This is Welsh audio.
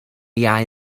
iau